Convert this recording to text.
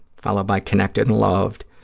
followed by connected and loved,